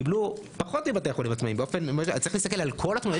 קיבלו פחות מבתי החולים העצמאיים באופן צריך להסתכל על כל התמונה,